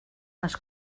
les